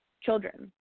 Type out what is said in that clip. children